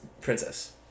princess